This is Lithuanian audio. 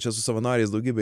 čia su savanoriais daugybė